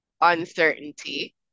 uncertainty